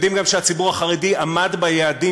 הם יודעים גם שהציבור החרדי עמד ביעדים